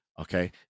okay